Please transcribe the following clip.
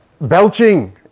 belching